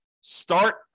Start